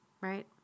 right